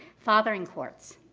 fathering courts,